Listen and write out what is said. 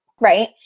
Right